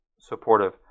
supportive